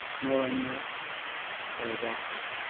nor a nurse or a doctor.